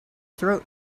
throat